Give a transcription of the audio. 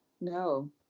No